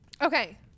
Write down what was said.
Okay